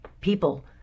people